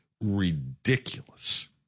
ridiculous